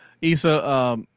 Issa